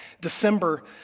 December